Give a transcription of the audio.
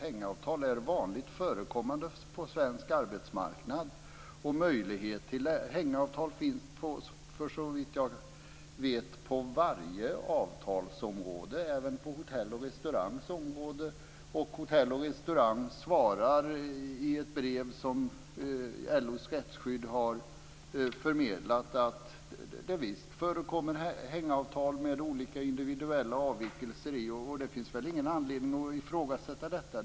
Hängavtal är vanligt förekommande på svensk arbetsmarknad, och möjlighet till hängavtal finns såvitt jag vet på varje avtalsområde - även på Hotell och Restaurangs område. Hotell och Restaurang svarar också i ett brev som LO:s rättsskydd har förmedlat att det visst förekommer hängavtal med olika individuella avvikelser i. Det finns väl ingen anledning att ifrågasätta det?